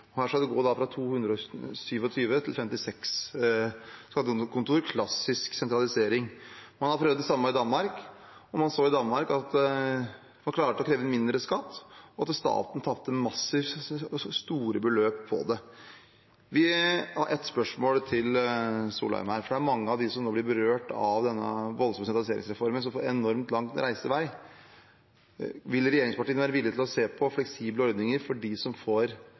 Man har prøvd det samme i Danmark. Man så i Danmark at man klarte å kreve inn mindre i skatt, og at staten tapte massivt, store beløp, på det. Vi har et spørsmål til Wang Soleim, for det er mange som nå blir berørt av denne voldsomme sentraliseringsreformen, og som får veldig lang reisevei: Vil regjeringspartiene være villig til å se på fleksible ordninger for dem som får